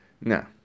No